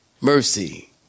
Mercy